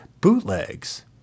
bootlegs